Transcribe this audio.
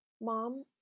mom